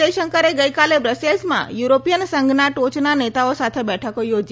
જયશંકરે ગઇકાલે બ્રસેલ્સમાં યુરોપીયન સંઘનના ટોચના નેતાઓ સાથે બેઠકો યોજી